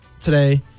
today